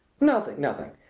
nothing! nothing!